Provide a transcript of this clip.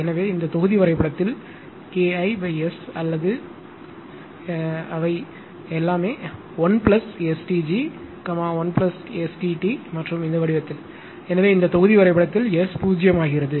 எனவே இந்த தொகுதி வரைபடத்தில் K iS அல்லது இல்லை எல்லாமே 1ST g 1ST t மற்றும் இந்த வடிவத்தில் எனவே இந்த தொகுதி வரைபடத்தில் S 0 ஆகிறது